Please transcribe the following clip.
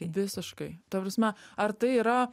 visiškai ta prasme ar tai yra